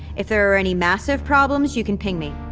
if there are any massive problems, you can ping me.